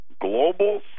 global